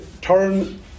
turn